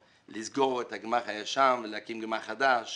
סגירת הגמ"ח הישן והקמת גמ"ח חדש